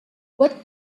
what